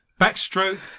Backstroke